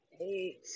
eight